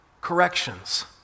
corrections